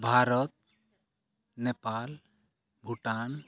Bharat Nepal Bhutan